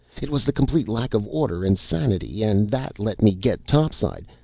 it was the complete lack of order and sanity and that let me get topside.